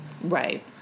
Right